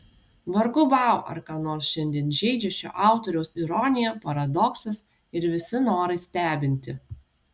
vargu bau ar ką nors šiandien žeidžia šio autoriaus ironija paradoksas ir visi norai stebinti